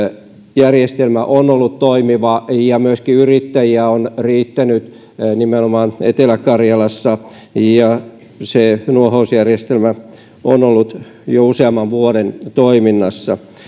järjestelmä on ollut toimiva ja myöskin yrittäjiä on riittänyt nimenomaan etelä karjalassa ja se nuohousjärjestelmä on ollut jo useamman vuoden toiminnassa